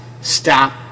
Stop